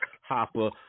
Hopper